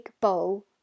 bowl